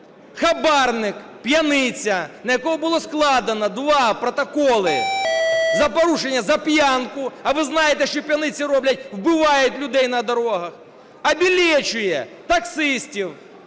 хабарник, п'яниця, на якого було складено два протоколи за порушення за п'янку (а ви знаєте, що п'яниці роблять – вбивають людей на дорогах), "обілечує" таксистів,